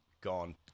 Gone